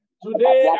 Today